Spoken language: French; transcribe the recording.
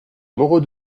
moreau